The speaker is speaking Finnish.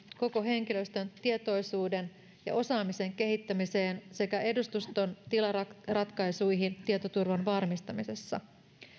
koko henkilöstön tietoisuuden ja osaamisen kehittämiseen sekä edustuston tilaratkaisuihin tietoturvan varmistamisessa